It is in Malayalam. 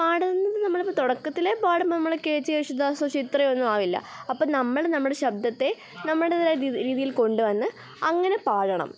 പാടുമ്പം നമ്മളിപ്പം തുടക്കത്തിലെ പാടുമ്പം നമ്മൾ കെ ജെ യേശുദാസോ ചിത്രയൊന്നുമാകില്ല അപ്പം നമ്മൾ നമ്മുടെ ശബ്ദത്തെ നമ്മുടേതായ രീതിയിൽ കൊണ്ടു വന്ന് അങ്ങനെ പാടണം